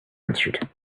answered